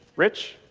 rich,